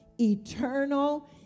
eternal